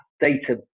data